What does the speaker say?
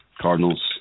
Cardinals